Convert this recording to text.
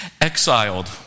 Exiled